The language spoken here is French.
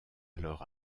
alors